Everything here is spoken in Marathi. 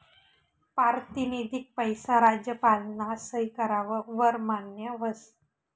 पारतिनिधिक पैसा राज्यपालना सही कराव वर मान्य व्हस